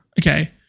Okay